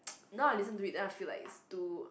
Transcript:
now I listen to it then I feel like it's too